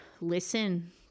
listen